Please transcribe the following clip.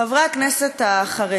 חברי הכנסת החרדים: